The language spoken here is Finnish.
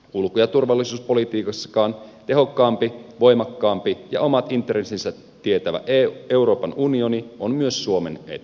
ulko ja turvallisuuspolitiikassakin tehokkaampi voimakkaampi ja omat intressinsä tietävä euroopan unioni on myös suomen etu